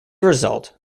result